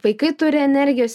vaikai turi energijos